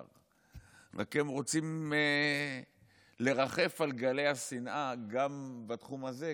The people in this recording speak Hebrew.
רק הם רוצים לרחף על גלי השנאה גם בתחום הזה,